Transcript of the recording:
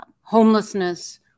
homelessness